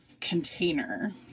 container